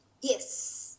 Yes